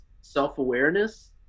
self-awareness